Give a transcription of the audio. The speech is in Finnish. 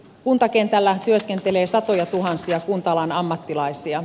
kuntakentällä työskentelee satojatuhansia kunta alan ammattilaisia